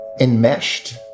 enmeshed